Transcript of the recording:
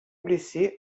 blessé